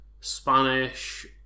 Spanish